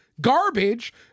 Garbage